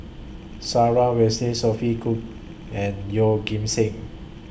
Sarah Winstedt Sophia Cooke and Yeoh Ghim Seng